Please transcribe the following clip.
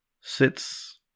sits